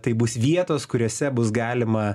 taip bus vietos kuriose bus galima